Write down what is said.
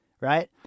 right